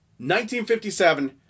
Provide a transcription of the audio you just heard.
1957